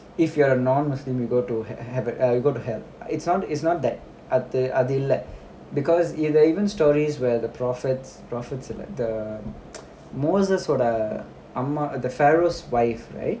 if you are a non muslim you go to h~ ha~ heaven err you go to hell it's not it's not that அது அது இல்ல:adhu adhu illa because either ev~ there're even stories where the prophets profphets are like the moses ஓட அம்மா:oda amma the pharaoh's wife right